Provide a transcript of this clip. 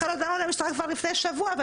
שהיא בכלל הודיעה למשטרה כבר לפני שבוע אבל